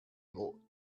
able